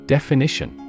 Definition